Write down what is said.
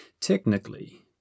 Technically